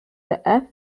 that